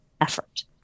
effort